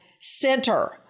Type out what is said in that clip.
Center